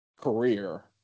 career